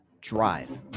drive